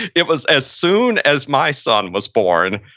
it was as soon as my son was born,